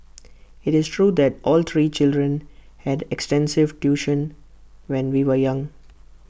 IT is true that all three children had extensive tuition when we were young